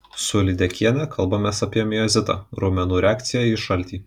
su lydekiene kalbamės apie miozitą raumenų reakciją į šaltį